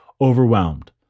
overwhelmed